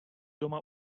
doma